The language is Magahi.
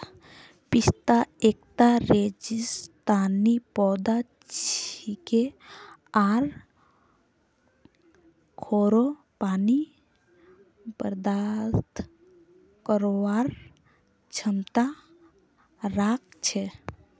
पिस्ता एकता रेगिस्तानी पौधा छिके आर खोरो पानी बर्दाश्त करवार क्षमता राख छे